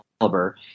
caliber